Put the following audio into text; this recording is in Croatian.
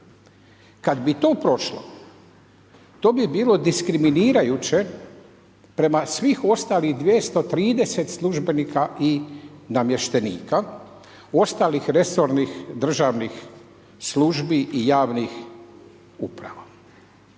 Kad bi to prošlo, to bi bilo diskriminirajuće prema svim ostalim 230 službenika i namještenika ostalih resornih državnih službi i javnih uprava.